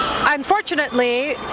Unfortunately